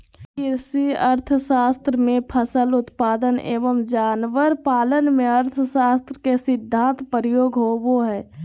कृषि अर्थशास्त्र में फसल उत्पादन एवं जानवर पालन में अर्थशास्त्र के सिद्धान्त प्रयोग होबो हइ